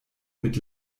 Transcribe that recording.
mit